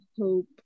hope